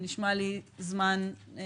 זה נשמע לי זמן ארוך.